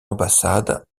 ambassade